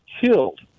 killed